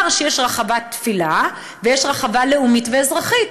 שיש רחבת תפילה ויש רחבה לאומית ואזרחית.